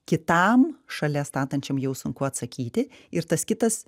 kitam šalia statančiam jau sunku atsakyti ir tas kitas